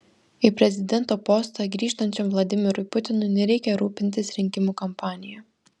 į prezidento postą grįžtančiam vladimirui putinui nereikia rūpintis rinkimų kampanija